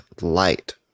Light